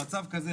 במצב כזה,